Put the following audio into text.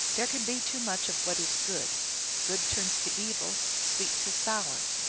there can be too much of what is good good turns to evil, sweet to sour.